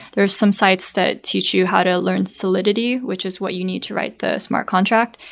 there's some sites that teach you how to learn solidity, which is what you need to write the smart contract.